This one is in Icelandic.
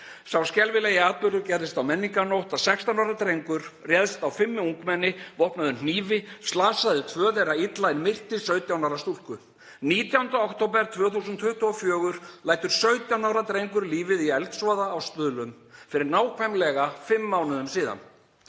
Sá skelfilegi atburður gerðist á Menningarnótt að 16 ára drengur réðst á fimm ungmenni vopnaður hnífi, slasaði tvö þeirra illa en myrti 17 ára stúlku. 19. október 2024 lét 17 ára drengur lífið í eldsvoða á Stuðlum, fyrir nákvæmlega fimm mánuðum síðan.